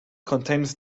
contains